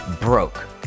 broke